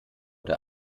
der